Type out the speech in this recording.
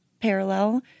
parallel